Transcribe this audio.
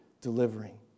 delivering